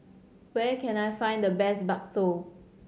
where can I find the best bakso